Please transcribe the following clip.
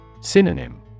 Synonym